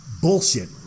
bullshit